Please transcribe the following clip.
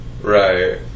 Right